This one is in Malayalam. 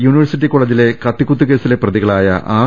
യൂണിവേഴ്സിറ്റി കോളജിലെ കത്തിക്കുത്ത് കേസിലെ പ്രതിക ളായ ആർ